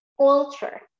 culture